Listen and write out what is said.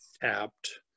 tapped